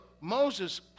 Moses